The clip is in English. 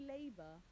Labour